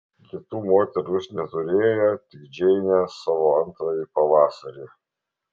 kitų moterų jis neturėjo tik džeinę savo antrąjį pavasarį